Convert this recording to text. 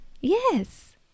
Yes